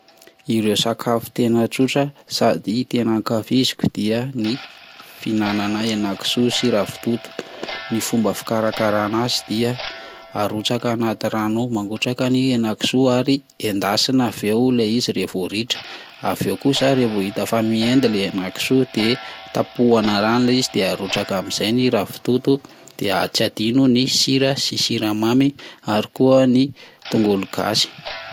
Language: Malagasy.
Ireo sakafo tena tsotra sady tena ankafiziko dia ny fihinanana hena kisoa sy ravitoto ny fomba fikarakarana azy dia arotsaka anaty rano mangotraka ny hena kisoa ary endasina avy eo le izy, revo ritra avy eo kosa revo hita fa mihedy le hena kisoa de tapohana rano le izy de arotsaka amin'izay ny ravitoto de tsy adino ny sira sy siramamy ary koa ny tongolo gasy.